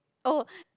oh